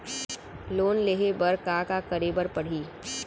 Loan लेहे बर का का का करे बर परहि?